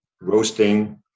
roasting